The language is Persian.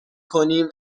کنیم